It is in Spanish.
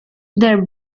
del